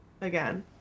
Again